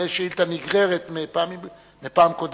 זאת שאילתא נגררת מפעם קודמת.